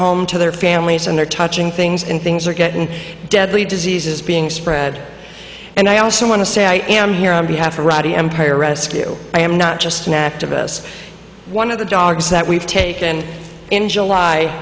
home to their families and their touching things and things are getting deadly diseases being spread and i also want to say i am here on behalf of ready empire rescue i am not just an activist one of the dogs that we've taken in july